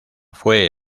fue